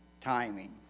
timing